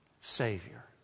Savior